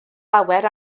lawer